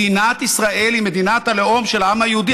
מדינת ישראל היא מדינת הלאום של העם היהודי,